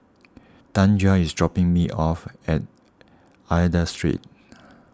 Tanja is dropping me off at Aida Street